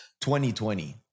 2020